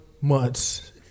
months